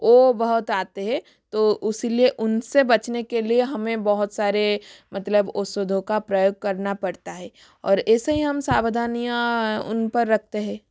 वो बहुत आते हैं तो उसी लिए उन से बचाने के लिए हमें बहुत सारे मतलब ओषधियों का प्रयोग करना परता है और ऐसे ही हम सावधानियाँ उन पर रखते हैं